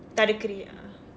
தடுக்கிறியா:thadukkiriyaa